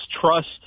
trust